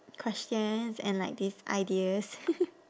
questions and like these ideas